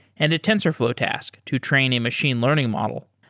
and a tensorflow task to train a machine learning model.